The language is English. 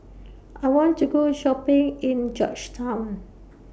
I want to Go Shopping in Georgetown